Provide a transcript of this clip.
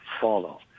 follow